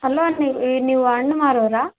hello ನೀವು ಈ ನೀವು ಹಣ್ಣ್ ಮಾರೋರಾ